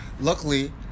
luckily